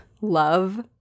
love